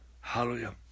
Hallelujah